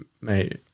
mate